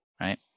right